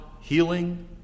healing